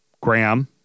Graham